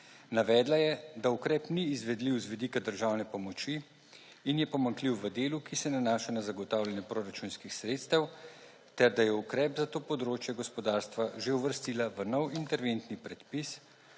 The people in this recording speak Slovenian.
Navedla je, da ukrep ni izvedljiv z vidika državne pomoči in je pomanjkljiv v delu, ki se nanaša na zagotavljanje proračunskih sredstev, ter da je ukrep za to področje gospodarstva že uvrstila v nov interventni predpis,